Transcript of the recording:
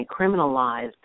criminalized